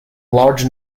large